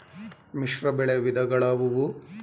ಮಿಶ್ರಬೆಳೆ ವಿಧಗಳಾವುವು?